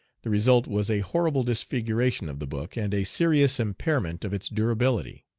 the result was a horrible disfiguration of the book, and a serious impairment of its durability.